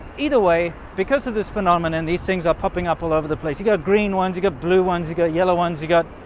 either way because of this phenomena and these things are popping up all over the place you go green ones you get blue ones you go yellow ones you got?